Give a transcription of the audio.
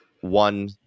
one